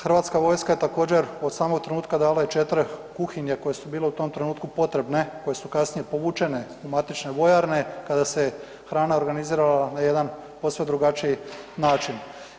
Hrvatska vojska je također od samog trenutka dala i četiri kuhinje koje su bile u tom trenutku potrebne koje su kasnije povučene u matične vojarne kada se hrana organizirala na jedan posve drugačiji način.